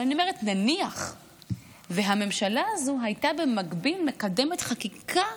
אבל אני אומרת: נניח שהממשלה הזו הייתה במקביל מקדמת חקיקה